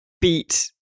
beat